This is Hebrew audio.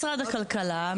משרד הכלכלה,